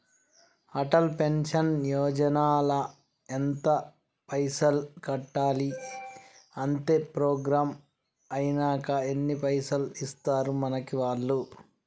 Atal pension Yojana ల ఎంత పైసల్ కట్టాలి? అత్తే ప్రోగ్రాం ఐనాక ఎన్ని పైసల్ ఇస్తరు మనకి వాళ్లు?